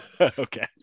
okay